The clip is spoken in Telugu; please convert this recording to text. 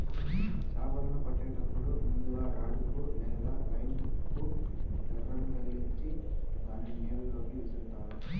చాపలను పట్టేటప్పుడు ముందుగ రాడ్ కు లేదా లైన్ హుక్ కు ఎరను తగిలిచ్చి దానిని నీళ్ళ లోకి విసురుతారు